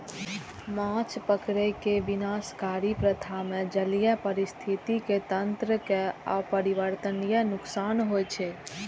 माछ पकड़ै के विनाशकारी प्रथा मे जलीय पारिस्थितिकी तंत्र कें अपरिवर्तनीय नुकसान होइ छै